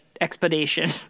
expedition